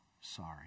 sorry